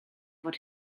fod